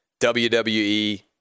WWE